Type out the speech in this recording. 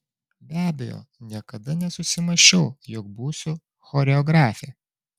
be abejo niekada nesusimąsčiau jog būsiu choreografė